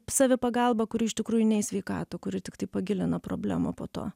savipagalba kuri iš tikrųjų ne į sveikatą kuri tiktai pagilina problemą po to